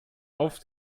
auf